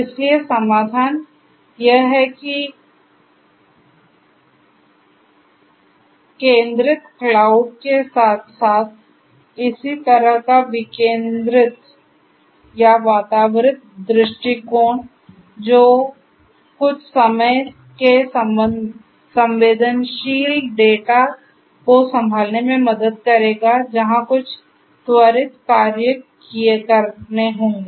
इसलिए समाधान यह है कि केंद्रीकृत क्लाउड के साथ साथ किसी तरह का विकेंद्रीकृत या वितरित दृष्टिकोण हो जो कुछ समय के संवेदनशील डेटा को संभालने में मदद करेगा जहां कुछ त्वरित कार्य करने होंगे